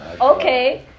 Okay